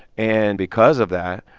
and because of that,